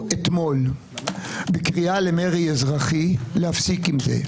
אתמול בקריאה למרי אזרחי להפסיק עם זה.